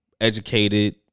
educated